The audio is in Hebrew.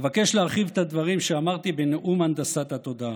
אבקש להרחיב את הדברים שאמרתי בנאום הנדסת התודעה.